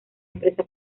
empresa